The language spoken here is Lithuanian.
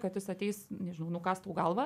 kad jis ateis nežinau nukąs tau galvą